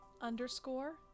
underscore